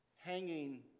hanging